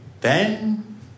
Then